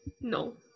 No